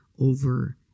over